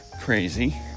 crazy